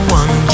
one